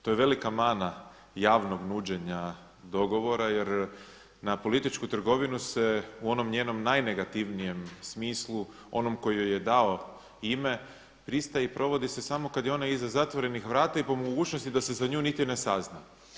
To je velika mana javnog nuđenja dogovora jer na političku trgovinu se u onom njenom najnegativnijem smislu, onom koji joj je dao ime pristaje i provodi se samo kada je ona iza zatvorenih vrata i po mogućnosti da se za nju niti ne sazna.